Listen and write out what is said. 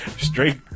Straight